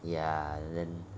ya then